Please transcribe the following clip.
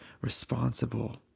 responsible